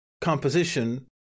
composition